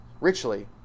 richly